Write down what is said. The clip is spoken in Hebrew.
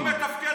הוא לא מתבייש,